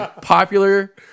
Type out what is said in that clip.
popular